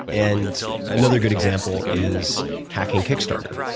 and another good example is hacking kickstarter.